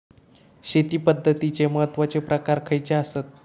शेती पद्धतीचे महत्वाचे प्रकार खयचे आसत?